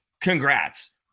Congrats